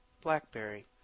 Blackberry